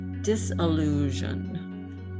disillusion